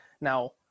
now